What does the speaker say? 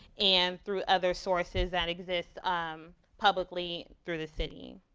and through other sources that exist um publicly through the city.